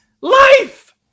life